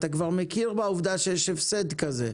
אתה כבר מכיר בעובדה שיש הפסד כזה?